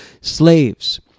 Slaves